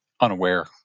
unaware